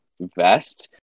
vest